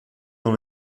dans